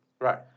Right